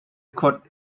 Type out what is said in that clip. could